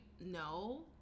no